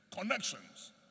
connections